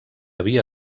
havia